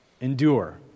Endure